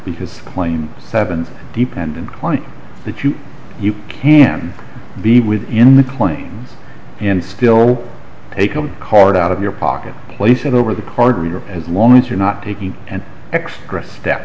because the claim seven dependent client that you you can be with in the client and still take a card out of your pocket place it over the card reader as long as you're not taking an extra step